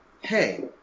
hey